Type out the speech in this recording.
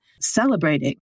celebrating